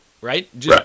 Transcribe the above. right